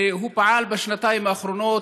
והוא פעל בשנתיים האחרונות.